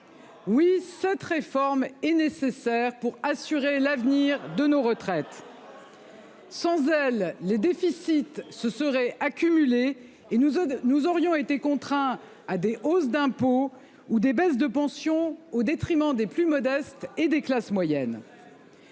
Oui, cette réforme est nécessaire pour assurer l'avenir de nos retraites. N'importe quoi ! Sans elle, les déficits s'accumuleraient et nous serions contraints à des hausses d'impôts ou à des baisses de pensions, au détriment des plus modestes et des classes moyennes.